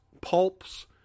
pulps